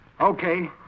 Okay